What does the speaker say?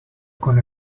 con